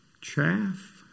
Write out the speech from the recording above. Chaff